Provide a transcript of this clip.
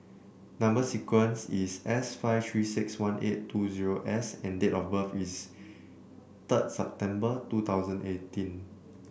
number sequence is S five Three six one eight two zero S and date of birth is third December two thousand eighteen